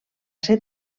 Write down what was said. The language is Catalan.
ser